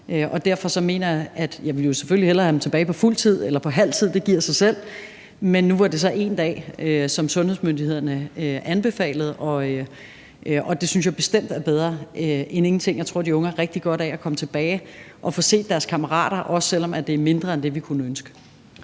mangler og savner. Jeg ville jo selvfølgelig hellere have dem tilbage på fuld tid eller på halv tid – det giver sig selv – men nu var det så 1 dag, som sundhedsmyndighederne anbefalede, og det synes jeg bestemt er bedre end ingenting. Jeg tror, de unge har rigtig godt af at komme tilbage og få set deres kammerater, også selv om det er mindre end det, vi kunne ønske.